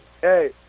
Hey